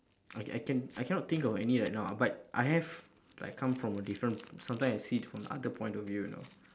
I can I can I cannot think of anything right now ah but I have like come from a different sometimes I see from the other point of view you know